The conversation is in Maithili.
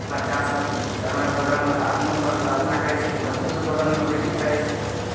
बच्चा सब करलक बगलमे तऽ अपनो करलहुँ अपना करय छियै तऽ बच्चो सब बगलमे बैठके करय छै